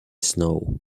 snow